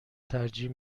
ترجیح